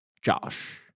Josh